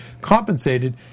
compensated